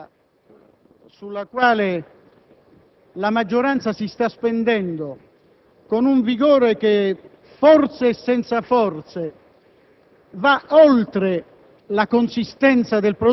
Devo dire che l'unica iniziativa sulla quale la maggioranza si sta spendendo, con un vigore che forse - anzi senza forse